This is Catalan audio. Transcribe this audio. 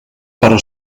però